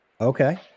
Okay